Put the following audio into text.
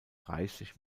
reichlich